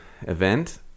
event